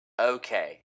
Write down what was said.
okay